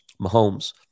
Mahomes